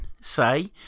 say